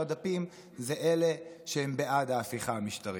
דפים זה אלה שהם בעד ההפיכה המשטרית.